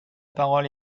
parole